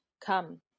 come